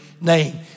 name